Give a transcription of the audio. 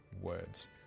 words